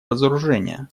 разоружения